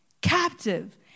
Captive